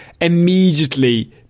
immediately